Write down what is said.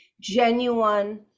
genuine